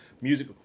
music